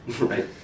Right